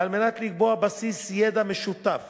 וכדי לקבוע בסיס ידע משותף